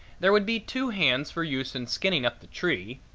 there would be two hands for use in skinning up the tree,